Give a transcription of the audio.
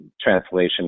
translation